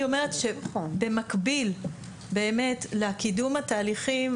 אני אומרת שבמקביל לקידום התהליכים